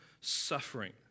suffering